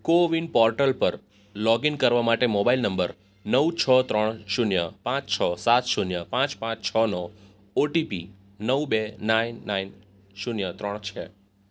CoWIN portal પર log in કરવા માટે મોબાઈલ નંબર નવ છ ત્રણ શૂન્ય પાંચ છ સાત શૂન્ય પાંચ પાંચ છ નો ઓટીપી નવ બે નાઇન નાઇન શૂન્ય ત્રણ છે